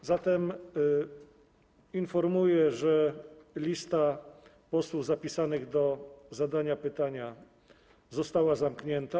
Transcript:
A zatem informuję, że lista posłów zapisanych do zadania pytania została zamknięta.